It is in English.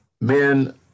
men